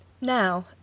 Now